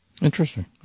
interesting